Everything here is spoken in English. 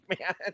man